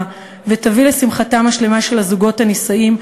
ותביא לשמחתם השלמה של הזוגות הנישאים,